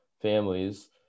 families